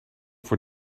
voor